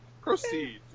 proceed